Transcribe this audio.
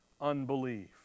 unbelief